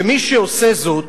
ומי שעושה זאת